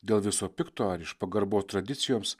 dėl viso pikto ar iš pagarbos tradicijoms